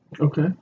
Okay